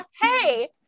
hey